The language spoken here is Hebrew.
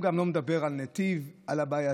הוא גם לא מדבר על נתיב, על הבעייתיות